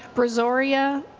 brazoria.